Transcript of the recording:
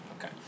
Okay